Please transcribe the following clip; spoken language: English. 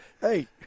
hey